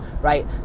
right